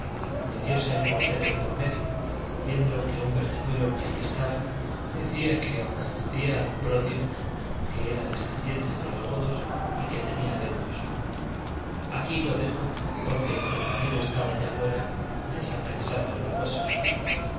sigüenza metióse el portero de por medio viendo que un vejezuelo que allí estaba decía que aunque acudía al brodio que era descendiente de los godos y que tenía deudos aquí lo dejo porque el compañero estaba ya fuera desaprensando los huesos